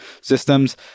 systems